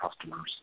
customers